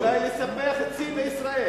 אולי נספח את סין לישראל.